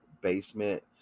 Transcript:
basement